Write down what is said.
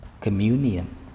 Communion